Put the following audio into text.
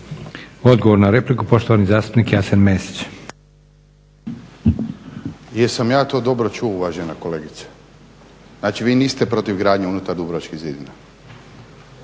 Odgovor na repliku poštovani zastupnik Jasen Mesić. **Mesić, Jasen (HDZ)** Jesam ja to dobro čuo uvažena kolegice? Znači vi niste protiv gradnje unutar dubrovačkih zidina?